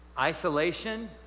Isolation